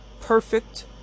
perfect